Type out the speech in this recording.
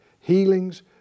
Healings